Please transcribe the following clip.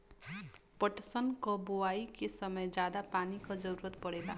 पटसन क बोआई के समय जादा पानी क जरूरत पड़ेला